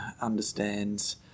understands